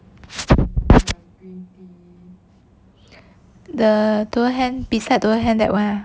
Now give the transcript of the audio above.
the tokyu hand beside tokyu hand that one lah